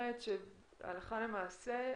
הלכה למעשה,